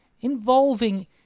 involving